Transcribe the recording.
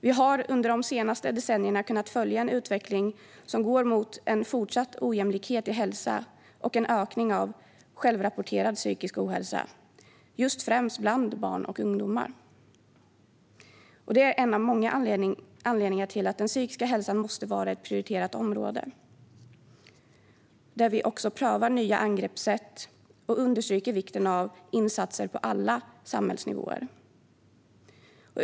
Vi har under de senaste decennierna kunnat följa en utveckling som går mot en fortsatt ojämlikhet i hälsa och en ökning av självrapporterad psykisk ohälsa, främst bland barn och ungdomar. Det är en av många anledningar till att den psykiska hälsan måste vara ett prioriterat område, där vi också prövar nya angreppssätt och understryker vikten av insatser på alla samhällsnivåer.